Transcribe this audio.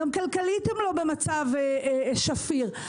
גם כלכלית אינם במצב שפיר.